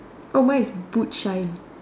oh mine is boot shine